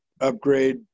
upgrade